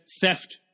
theft